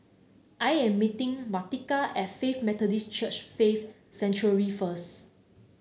I am meeting Martika as Faith Methodist Church Faith Sanctuary first